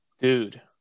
dude